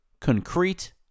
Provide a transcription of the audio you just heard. concrete